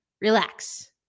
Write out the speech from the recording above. Relax